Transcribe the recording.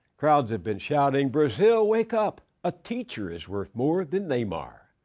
crowds have been shouting, brazil, wake up. a teacher is worth more than neymar!